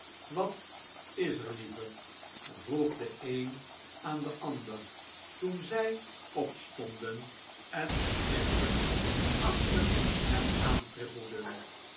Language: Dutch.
wat is er lieve vroeg de een aan de ander toen zij opstonden en omzichtig achter hem aantrippelden